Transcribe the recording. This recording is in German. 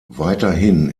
weiterhin